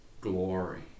glory